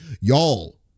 Y'all